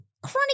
Chronic